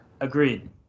Agreed